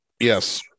Yes